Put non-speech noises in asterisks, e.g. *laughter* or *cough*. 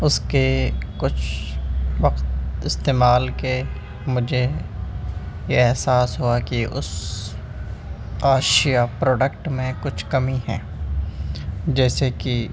اس کے کچھ وقت استعمال کے مجھے یہ احساس ہوا کہ اس *unintelligible* پروڈکٹ میں کچھ کمی ہے جیسے کہ